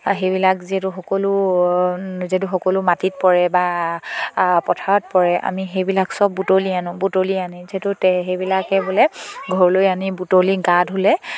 সেইবিলাক যিহেতু সকলো যিহেতু সকলো মাটিত পৰে বা পথাৰত পৰে আমি সেইবিলাক চব বুটলি আনো বুটলি আনি যিহেতু সেইবিলাকে বোলে ঘৰলৈ আনি বুটলি গা ধুলে